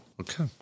Okay